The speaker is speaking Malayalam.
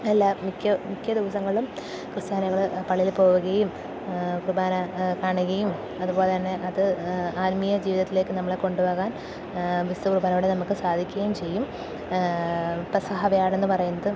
എല്ലാ മുഖ്യ മുഖ്യ ദിവസങ്ങളും ക്രിസ്ത്യാനകള് പള്ളിയില് പോവുകയും കുർബാന കാണുകയും അതുപോലെ തന്നെ അത് ആത്മീയ ജീവിതത്തിലേക്കു നമ്മളെ കൊണ്ടുപോകാൻ വിശുദ്ധകുർബാനയോടെ നമുക്കു സാധിക്കുകയും ചെയ്യും ആ പെസഹാ വ്യാഴമെന്നു പറയുന്നത്